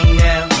now